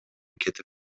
кетип